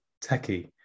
techy